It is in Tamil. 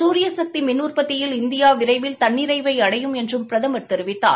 சூரியசக்தி மின் உற்பத்தியில் இந்தியா விரைவில் தன்னிரைவை அடையும் என்றும் பிரதம் தெரிவித்தார்